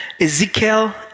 ezekiel